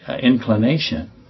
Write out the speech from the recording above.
inclination